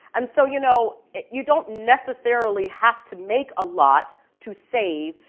and so you know, you don't necessarily have to make a lot to save.